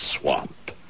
swamp